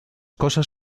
cosas